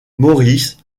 morris